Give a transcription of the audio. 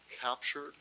captured